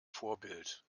vorbild